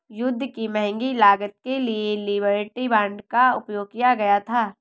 युद्ध की महंगी लागत के लिए लिबर्टी बांड का उपयोग किया गया था